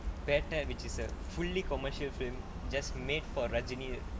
petta which is a fully commercial film just made for rajini